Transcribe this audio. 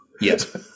Yes